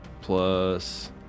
plus